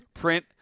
Print